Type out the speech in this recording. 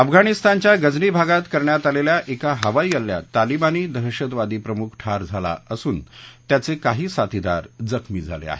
अफगाणिस्तानच्या गझनी भागात करण्यात आलेल्या एका हवाईहल्ल्यात तालिबानी दहशतवादी प्रमुख ठार झाला असून त्याचे काही साथीदार जखमी झाले आहेत